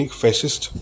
fascist